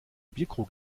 bierkrug